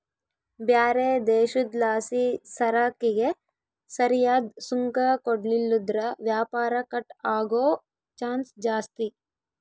ಬ್ಯಾರೆ ದೇಶುದ್ಲಾಸಿಸರಕಿಗೆ ಸರಿಯಾದ್ ಸುಂಕ ಕೊಡ್ಲಿಲ್ಲುದ್ರ ವ್ಯಾಪಾರ ಕಟ್ ಆಗೋ ಚಾನ್ಸ್ ಜಾಸ್ತಿ